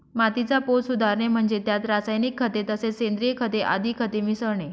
मातीचा पोत सुधारणे म्हणजे त्यात रासायनिक खते तसेच सेंद्रिय खते आदी खते मिसळणे